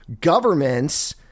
governments